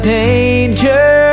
danger